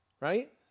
right